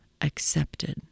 accepted